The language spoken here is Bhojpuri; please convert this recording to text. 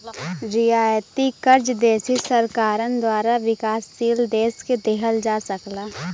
रियायती कर्जा विदेशी सरकारन द्वारा विकासशील देश के दिहल जा सकला